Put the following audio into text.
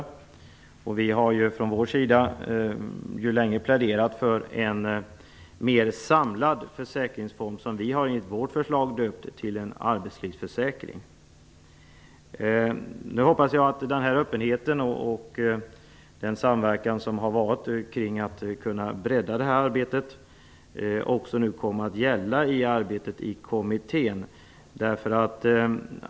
Vi har ju från vår sida länge pläderat för en mer samlad försäkringsform som vi i vårt förslag har döpt till arbetslivsförsäkring. Nu hoppas jag att öppenheten och samverkan för att bredda detta arbete, som har varit, också kommer att gälla för arbetet i kommittén.